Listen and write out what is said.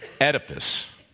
Oedipus